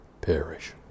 perish